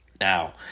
Now